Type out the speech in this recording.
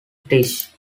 tisch